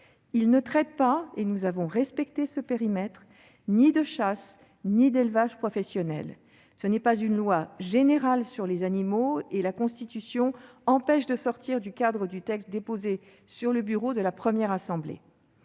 Il ne traite- et nous avons respecté ce périmètre -ni de chasse ni d'élevage professionnel. Ce n'est pas une loi « générale » sur les animaux, et la Constitution empêche de sortir du cadre du texte déposé sur le bureau de la première assemblée.